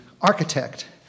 architect